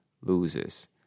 loses